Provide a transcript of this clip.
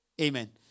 Amen